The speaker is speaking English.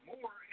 More